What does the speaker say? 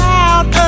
out